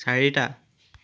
চাৰিটা